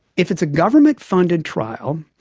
if it's a government funded trial,